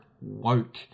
woke